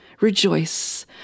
Rejoice